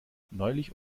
neulich